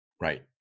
Right